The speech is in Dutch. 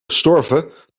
gestorven